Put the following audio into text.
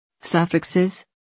suffixes